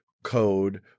code